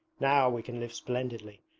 now we can live splendidly.